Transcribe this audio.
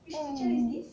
oh